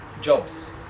Jobs